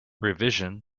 revision